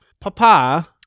Papa